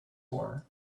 war